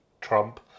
Trump